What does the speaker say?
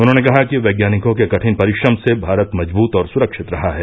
उन्होंने कहा है कि वैज्ञानिकों के कठिन परिश्रम से भारत मजबूत और सुरक्षित रहा है